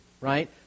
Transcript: right